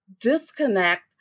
disconnect